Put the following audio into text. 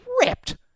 ripped